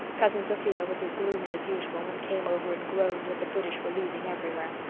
cousin sophia was as gloomy as usual and came over and groaned that the british were losing everywhere.